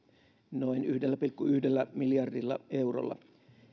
noin yhdellä pilkku yhdellä miljardilla eurolla